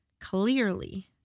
Clearly